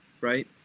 right